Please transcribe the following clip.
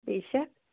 ٹھیٖک چھا